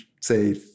say